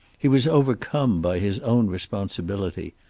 he was overcome by his own responsibility,